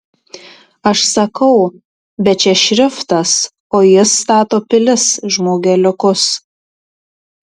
aš sakau bet čia šriftas o jis stato pilis žmogeliukus